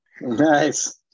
Nice